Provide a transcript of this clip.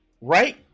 right